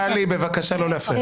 טלי, בבקשה, לא להפריע.